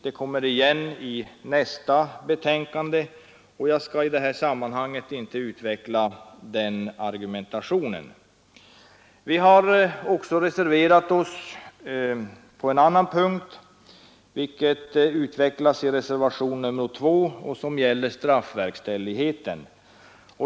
Den frågan behandlas under nästa punkt på föredragningslistan, och jag skall därför inte i det här sammanhanget utveckla någon argumentation. Vi har reserverat oss också på en annan punkt: Jag tänker på reservationen 2 som gäller straffverkställigheten.